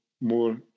more